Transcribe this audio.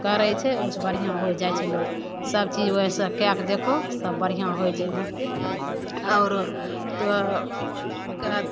करै छै ओइसे बढ़ियाँ होइ जाइ छै लोग सबचीज वैसे कए कऽ देखहो सब बढियाँ होइ जेबहो और तो कए